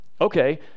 Okay